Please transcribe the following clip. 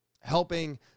helping